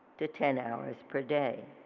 to ten hours per day.